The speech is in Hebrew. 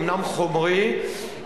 אומנם חומרי,